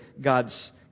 God's